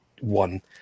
one